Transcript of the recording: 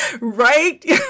Right